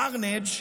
carnage,